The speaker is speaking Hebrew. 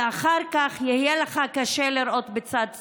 ואחר כך יהיה לך קשה לראות בצד שמאל.